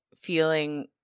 feeling